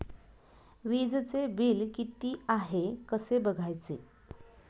वीजचे बिल किती आहे कसे बघायचे?